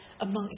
amongst